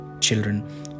children